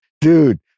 dude